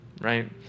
right